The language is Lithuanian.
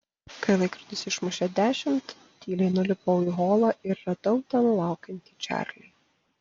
kai laikrodis išmušė dešimt tyliai nulipau į holą ir radau ten laukiantį čarlį